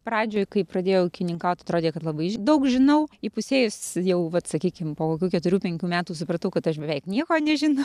pradžioj kai pradėjau ūkininkaut atrodė kad labai daug žinau įpusėjus jau vat sakykim po kokių keturių penkių metų supratau kad aš beveik nieko nežinau